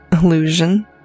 illusion